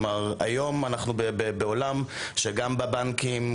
היום אנחנו בעולם שגם בבנקים,